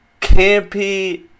campy